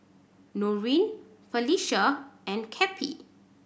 Norene Felisha and Cappie